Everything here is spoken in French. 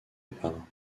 départ